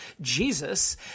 Jesus